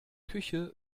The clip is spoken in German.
küche